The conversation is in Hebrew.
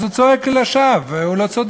אז הוא צועק לשווא, הוא לא צודק.